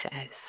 says